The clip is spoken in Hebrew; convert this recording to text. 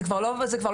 זה כבר לא בתשלום.